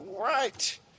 right